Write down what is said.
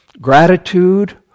gratitude